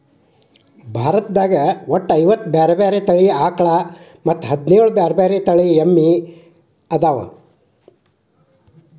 ಭಾರತದಾಗ ಒಟ್ಟ ಐವತ್ತ ಬ್ಯಾರೆ ಬ್ಯಾರೆ ತಳಿ ಆಕಳ ಮತ್ತ್ ಹದಿನೇಳ್ ಬ್ಯಾರೆ ಬ್ಯಾರೆ ಎಮ್ಮಿ ತಳಿಗೊಳ್ಅದಾವ